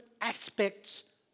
aspects